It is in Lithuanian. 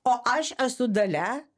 o aš esu dalia